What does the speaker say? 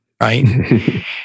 right